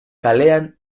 kalean